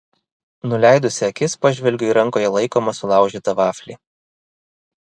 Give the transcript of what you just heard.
nuleidusi akis pažvelgiu į rankoje laikomą sulaužytą vaflį